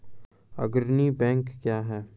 अग्रणी बैंक क्या हैं?